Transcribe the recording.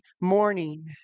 morning